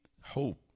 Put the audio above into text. hope